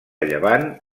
llevant